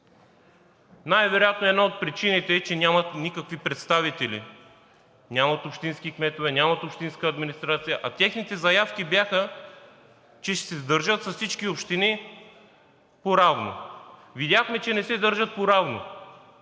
Най-вероятно една от причините е, че нямат никакви представители, нямат общински кметове, нямат общинска администрация, а техните заявки бяха, че ще се държат с всички общини поравно. Видяхме, че не се държат поравно.